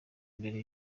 imbere